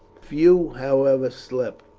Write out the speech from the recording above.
few, however, slept,